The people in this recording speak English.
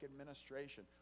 administration